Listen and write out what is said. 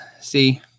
see